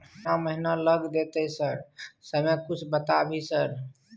केतना महीना लग देतै सर समय कुछ बता भी सर?